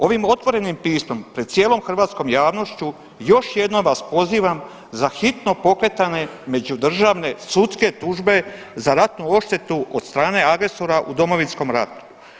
Ovim otvorenim pismom pred cijelom hrvatskom javnošću još jednom vas pozivam za hitno pokretanje međudržavne sudske tužbe za ratnu odštetu od strane agresora u Domovinskom ratu.